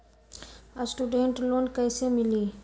Student loan कैसे मिली?